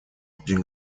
при